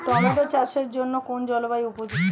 Tomato চাষের জন্য কোন জলবায়ু উপযুক্ত?